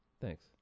Thanks